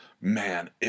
Man